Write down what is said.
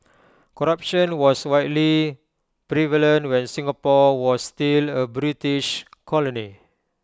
corruption was widely prevalent when Singapore was still A British colony